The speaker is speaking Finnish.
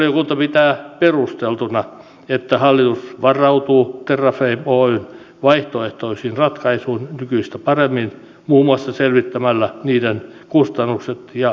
valiokunta pitää perusteltuna että hallitus varautuu terrafame oyn vaihtoehtoisiin ratkaisuihin nykyistä paremmin muun muassa selvittämällä niiden kustannukset ja aluetaloudelliset vaikutukset